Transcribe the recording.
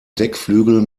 deckflügel